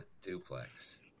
duplex